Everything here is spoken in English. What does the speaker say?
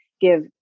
give